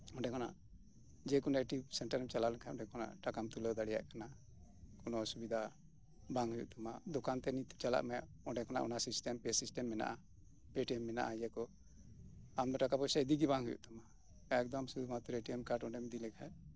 ᱚᱸᱰᱮ ᱠᱷᱚᱱᱟᱜ ᱡᱮ ᱠᱳᱱᱳ ᱮ ᱴᱤ ᱮᱢ ᱥᱮᱱᱴᱟᱨᱮᱢ ᱪᱟᱞᱟᱣ ᱞᱮᱱᱠᱷᱟᱱ ᱚᱸᱰᱮ ᱠᱷᱚᱱᱟᱜ ᱴᱟᱠᱟᱢ ᱛᱩᱞᱟᱹᱣ ᱫᱟᱲᱮᱭᱟᱜ ᱠᱟᱱᱟ ᱠᱚᱱᱚ ᱚᱥᱩᱵᱤᱫᱟ ᱵᱟᱝ ᱦᱩᱭᱩᱜ ᱛᱟᱢᱟ ᱫᱚᱠᱟᱱ ᱛᱮ ᱱᱤᱛ ᱪᱟᱞᱟᱜ ᱢᱮ ᱚᱸᱰᱮ ᱠᱷᱚᱱᱟᱜ ᱚᱱᱟ ᱥᱤᱥᱴᱮᱢ ᱯᱮ ᱥᱤᱥᱴᱮᱢ ᱢᱮᱱᱟᱜᱼᱟ ᱯᱮᱴᱤᱮᱢ ᱢᱮᱱᱟᱜᱼᱟ ᱤᱭᱟᱹ ᱠᱚ ᱟᱢ ᱫᱚ ᱴᱟᱠᱟ ᱯᱚᱭᱥᱟ ᱤᱫᱤᱜᱮ ᱵᱟᱝ ᱦᱩᱭᱩᱜ ᱛᱟᱢᱟ ᱮᱠᱫᱚᱢ ᱥᱩᱫᱷᱩᱢᱟᱛᱨᱚ ᱮ ᱴᱤ ᱮᱢ ᱠᱟᱨᱰ ᱚᱸᱰᱮᱢ ᱤᱫᱤᱞᱮᱠᱷᱟᱱ